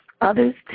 Others